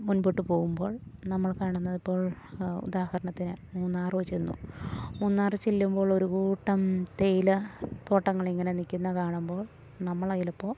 മുൻപോട്ട് പോകുമ്പോൾ നമ്മൾ കാണുന്നതിപ്പോൾ ഉദാഹരണത്തിന് മൂന്നറ് ചെന്നു മൂന്നാറ് ചെല്ലുമ്പോളൊരു കൂട്ടം തേയില തോട്ടങ്ങളിങ്ങനെ നിൽക്കുന്നതു കാണുമ്പോൾ നമ്മളതിലിപ്പോൾ